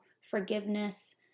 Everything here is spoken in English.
forgiveness